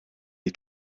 you